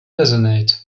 resonate